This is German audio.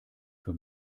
für